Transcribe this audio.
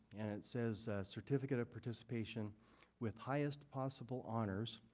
and it says certificate of participation with highest possible honors